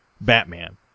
Batman